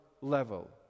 level